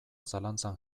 zalantzan